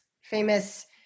famous